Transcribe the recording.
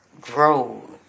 grow